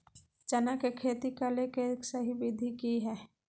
चना के खेती करे के सही विधि की हय?